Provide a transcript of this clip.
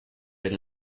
bit